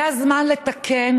זה הזמן לתקן,